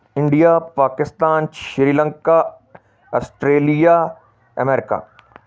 India Pakistan Sri Lanka Australia America